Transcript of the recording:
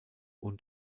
und